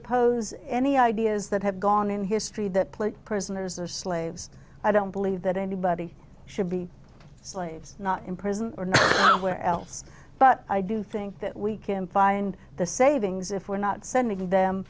oppose any ideas that have gone in history that plague prisoners or slaves i don't believe that anybody should be slaves not in prison or somewhere else but i do think that we can find the savings if we're not sending them